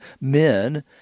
men